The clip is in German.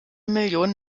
million